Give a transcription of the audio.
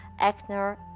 Eckner